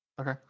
Okay